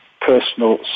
personal